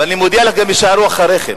ואני מודיע לך: הם יישארו אחריכם.